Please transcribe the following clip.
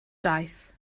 daeth